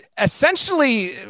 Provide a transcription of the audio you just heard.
essentially